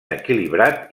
equilibrat